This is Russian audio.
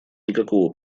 никакого